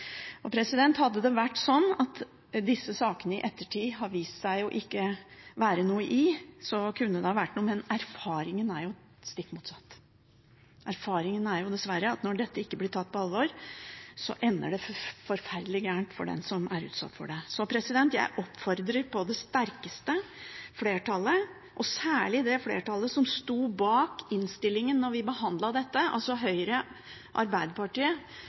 Hadde det vært sånn at det i ettertid hadde vist seg ikke å være noe i disse sakene, så hadde det vært noe, men erfaringen er jo stikk motsatt. Erfaringen er dessverre at når dette ikke blir tatt på alvor, ender det forferdelig galt for den som er utsatt for dette. Jeg oppfordrer på det sterkeste flertallet – og særlig det flertallet som sto bak innstillingen da vi behandlet dette, Høyre og Arbeiderpartiet